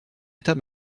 état